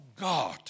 God